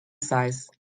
size